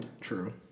True